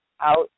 out